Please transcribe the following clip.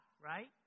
right